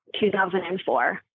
2004